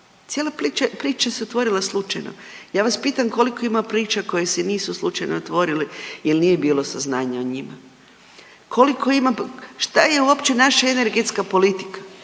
Cijela priča se otvorila slučajno. Ja vas pitam koliko ima priča koje se nisu slučajno otvorile jel nije bilo saznanja o njima? Koliko ima, šta je uopće naša energetska politika?